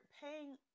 paying